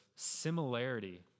similarity